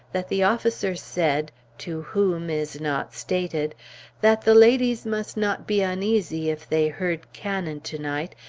that the officers said to whom is not stated that the ladies must not be uneasy if they heard cannon tonight,